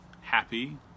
happy